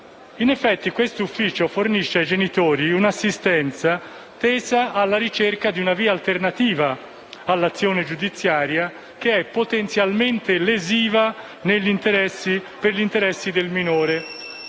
In effetti questo ufficio fornisce ai genitori un'assistenza tesa alla ricerca di una via alternativa all'azione giudiziaria, che è potenzialmente lesiva per gli interessi del minore.